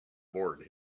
board